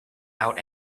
out